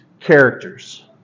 characters